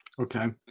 Okay